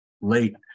late